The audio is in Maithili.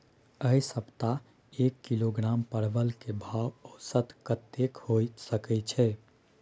ऐ सप्ताह एक किलोग्राम परवल के भाव औसत कतेक होय सके छै?